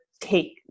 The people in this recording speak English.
take